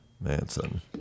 Manson